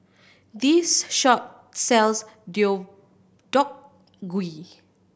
this shop sells Deodeok Gui